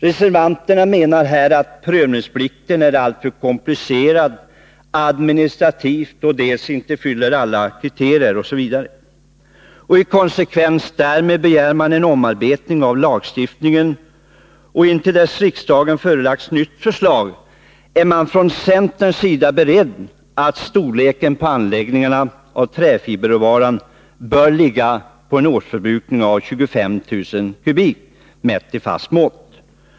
Reservanterna menar här att prövningsplikten är alltför komplicerad administrativt och att den inte fyller alla kriterier. I konsekvens därmed begär man en omarbetning av lagstiftningen. Intill dess riksdagen förelagts nytt förslag, är man från centerns sida beredd på att storleken på anläggningarna för träfiberråvaran bör ligga på en årsförbrukning av 25 000 m?, mätt i fast mått.